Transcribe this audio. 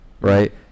right